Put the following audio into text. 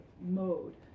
mode